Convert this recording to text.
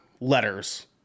letters